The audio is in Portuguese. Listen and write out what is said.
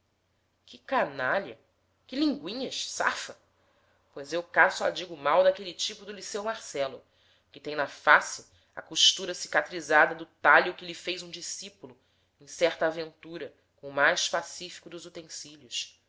que canalha que lingüinhas safa pois eu cá só digo mal daquele tipo do liceu marcelo que tem na face a costura cicatrizada do talho que lhe fez um discípulo em certa aventura com o mais pacífico dos utensílios